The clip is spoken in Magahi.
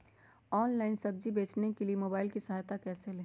ऑनलाइन सब्जी बेचने के लिए मोबाईल की सहायता कैसे ले?